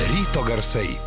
ryto garsai